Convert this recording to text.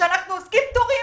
שאנחנו עוסקים פטורים,